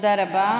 תודה רבה.